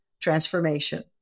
transformation